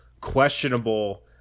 questionable